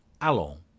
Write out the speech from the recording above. Allons